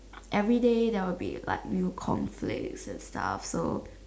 everyday there will be like new conflicts and stuffs also